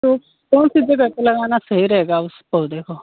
तो कौन सी जगह पर लगाना सही रहेगा उसको देखो